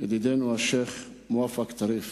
ידידנו השיח' מואפק טריף,